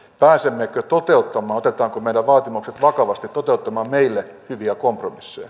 pääsemmekö toteuttamaan otetaanko meidän vaatimuksemme vakavasti meille hyviä kompromisseja